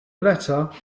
letter